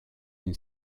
une